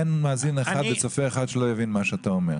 אין מאזין אחד וצופה אחד שלא הבין מה אתה אומר.